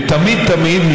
ותמיד תמיד,